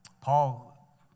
Paul